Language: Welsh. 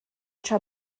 tra